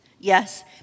Yes